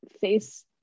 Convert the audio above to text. face